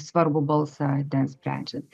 svarbų balsą ten sprendžiant